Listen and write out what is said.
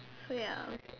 so ya